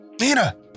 Nina